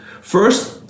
First